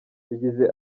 yagize